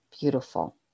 Beautiful